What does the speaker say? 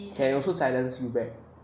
can also silence you back